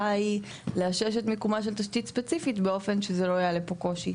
היא לאשש את מיקומה של תשתית ספציפית באופן שזה לא יעלה פה קושי.